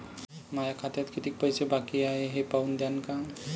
माया खात्यात कितीक पैसे बाकी हाय हे पाहून द्यान का?